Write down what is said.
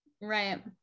Right